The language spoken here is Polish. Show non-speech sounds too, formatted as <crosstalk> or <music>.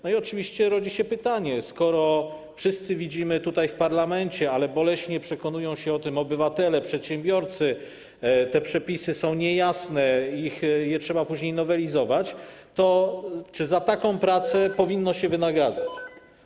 No i oczywiście rodzi się pytanie: Skoro wszyscy widzimy to tutaj, w parlamencie, ale boleśnie przekonują się o tym obywatele, przedsiębiorcy, te przepisy są niejasne, trzeba później je nowelizować, to czy za taką pracę <noise> powinno się wynagradzać?